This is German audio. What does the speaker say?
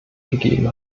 gegeben